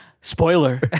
Spoiler